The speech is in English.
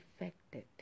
affected